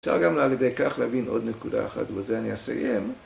‫אפשר גם על ידי כך להבין ‫עוד נקולה אחת, ובזה אני אסיים.